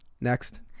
Next